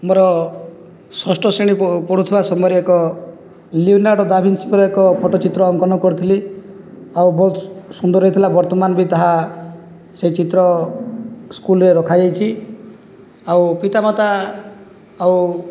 ମୋର ଷଷ୍ଠ ଶ୍ରେଣୀ ପଢ଼ୁଥିବା ସମୟରେ ଏକ ଲିୟୋନାର୍ଡ଼ ଦା ଭିନ୍ସିଙ୍କର ଏକ ଫଟୋ ଚିତ୍ର ଅଙ୍କନ କରିଥିଲି ଆଉ ବହୁତ ସୁନ୍ଦର ହୋଇଥିଲା ବର୍ତ୍ତମାନ ବି ତାହା ସେହି ଚିତ୍ର ସ୍କୁଲ୍ରେ ରଖାଯାଇଛି ଆଉ ପିତା ମାତା ଆଉ